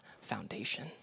foundation